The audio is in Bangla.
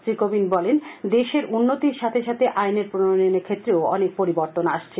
শ্রী কোবিন্দ আরও বলেন দেশের উন্নতির সাথে সাথে আইনের প্রণয়নের ক্ষেত্রেও পরিবর্তন আসছে